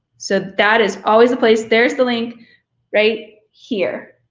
so that is always a place. there's the link right here.